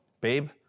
babe